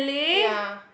ya